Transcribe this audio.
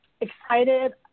excited